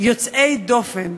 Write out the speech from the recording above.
יוצאי דופן.